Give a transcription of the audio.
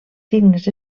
signes